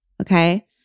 okay